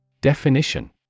Definition